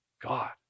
God